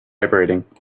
vibrating